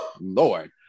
lord